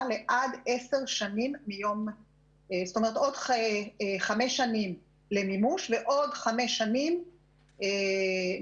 עד 10 שנים עוד 5 שנים למימוש ועוד 5 שנים נוספות